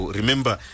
remember